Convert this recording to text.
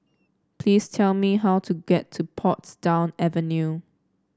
please tell me how to get to Portsdown Avenue